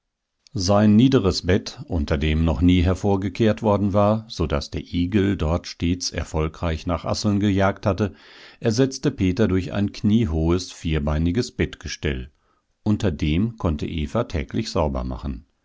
sein niederes bett unter dem noch nie hervorgekehrt worden war so daß der igel dort stets erfolgreich nach asseln gejagt hatte ersetzte peter durch ein kniehohes vierbeiniges bettgestell unter dem konnte eva täglich saubermachen